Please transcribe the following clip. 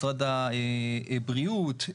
משרד הבריאות,